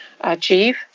achieve